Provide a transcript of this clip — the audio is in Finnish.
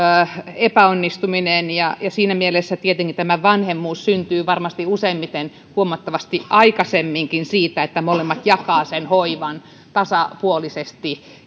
epäonnistuminen ja ja siinä mielessä tietenkin tämä vanhemmuus syntyy varmasti useimmiten huomattavasti aikaisemminkin siitä että molemmat jakavat sen hoivan tasapuolisesti